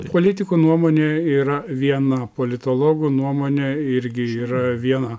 politikų nuomonė yra viena politologų nuomonė irgi yra viena